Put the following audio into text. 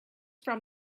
from